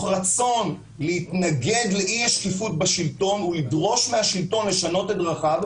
רצון להתנגד לאי השקיפות בשלטון ולדרוש מהשלטון לשנות את דרכיו,